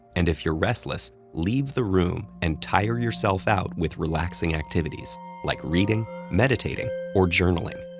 and if you're restless, leave the room and tire yourself out with relaxing activities like reading, meditating, or journaling.